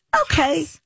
okay